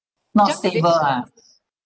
not stable ah